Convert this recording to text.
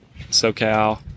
SoCal